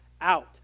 out